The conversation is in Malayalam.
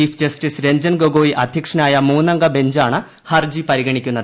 ചീഫ് ജസ്റ്റിസ് രഞ്ജൻ ഗൊഗോയ് അദ്ധ്യക്ഷനായ മൂന്നംഗ ക്കിഞ്ചാണ് ഹർജി പരിഗണിക്കുന്നത്